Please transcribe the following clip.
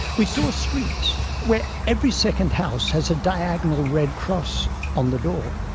we saw streets where every second house has a diagonal red cross on the door.